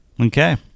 Okay